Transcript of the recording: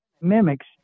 mimics